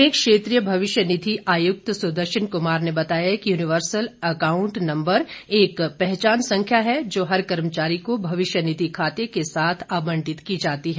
प्रदेश में क्षेत्रीय भविष्य निधि आयुक्त सुदर्शन कुमार ने बताया कि यूनिवर्सल अकाउंट नम्बर एक पहचान संख्या है जो हर कर्मचारी को भविष्य निधि खाते के साथ आवंटित की जाती है